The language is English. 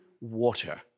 water